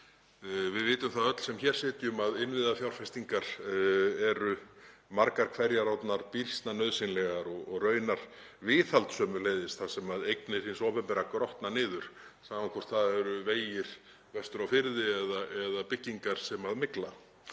Við vitum það öll sem hér sitjum að innviðafjárfestingar eru margar hverjar orðnar býsna nauðsynlegar og raunar viðhald sömuleiðis þar sem eignir hins opinbera grotna niður, sama hvort það eru vegir vestur á firði eða byggingar sem mygla.